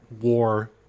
war